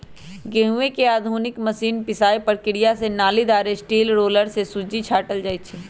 गहुँम के आधुनिक मशीन पिसाइ प्रक्रिया से नालिदार स्टील रोलर से सुज्जी छाटल जाइ छइ